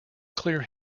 clear